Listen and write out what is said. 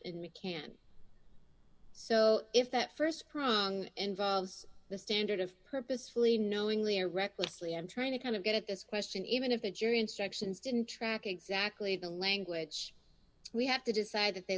we can't so if that st prong involves the standard of purposefully knowingly or recklessly i'm trying to kind of get at this question even if the jury instructions didn't track exactly the language we have to decide that they